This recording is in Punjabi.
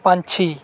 ਪੰਛੀ